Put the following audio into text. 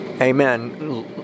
Amen